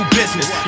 business